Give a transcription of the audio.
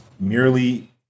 Merely